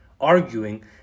arguing